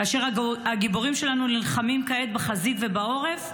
כאשר הגיבורים שלנו נלחמים כעת בחזית ובעורף,